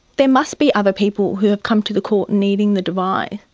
there must be other people who have come to the court needing the device.